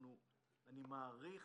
אני מעריך,